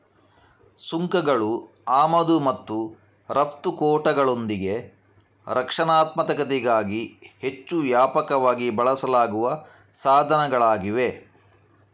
ಸುಂಕಗಳು ಆಮದು ಮತ್ತು ರಫ್ತು ಕೋಟಾಗಳೊಂದಿಗೆ ರಕ್ಷಣಾತ್ಮಕತೆಗಾಗಿ ಹೆಚ್ಚು ವ್ಯಾಪಕವಾಗಿ ಬಳಸಲಾಗುವ ಸಾಧನಗಳಾಗಿವೆ